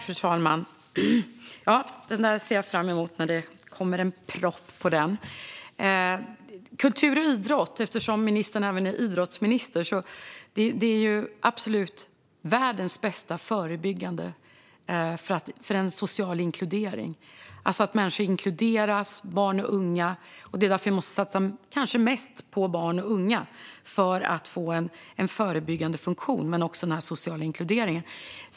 Fru talman! Jag ser fram emot att det kommer en proposition efter utredningen. Eftersom ministern även är idrottsminister vill jag säga att idrott är världens bästa förebyggande åtgärd när det gäller social inkludering. Människor inkluderas i idrotten, och det gäller barn och unga. Därför måste vi kanske satsa mest på barn och unga, för att få en förebyggande funktion och den sociala inkluderingen.